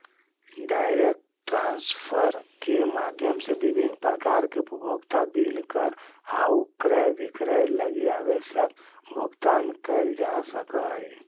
direct transfer के माध्यम से विभिन्न प्रकार के उपभोक्ता बिल कर आउ क्रय विक्रय लगी आवश्यक भुगतान कैल जा सकऽ हइ